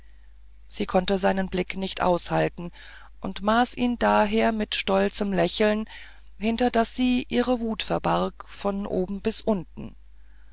sie konnte seinen blick nicht aushalten und maß ihn daher mit stolzem lächeln hinter das sie ihre wut verbarg von oben bis unten